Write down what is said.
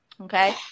Okay